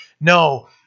No